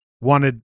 wanted